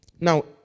now